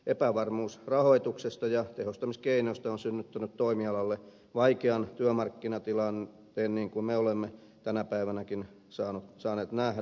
epävarmuus rahoituksesta ja tehostamiskeinoista on synnyttänyt toimialalle vaikean työmarkkinatilanteen niin kuin me olemme tänä päivänäkin saaneet nähdä